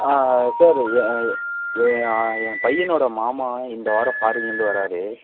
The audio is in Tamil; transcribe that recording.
ஆ சார் என் என் என் பையனோட மாமா இந்த வாரம் ஃபாரின்லந்து வரார்